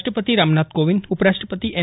રાષ્ટ્રપતિ રામનાથ કોવિંદ ઉપરાષ્ટ્રપતિ એમ